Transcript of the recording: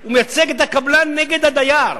הוא מייצג את הקבלן נגד הדייר.